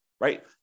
right